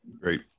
Great